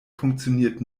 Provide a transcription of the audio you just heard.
funktioniert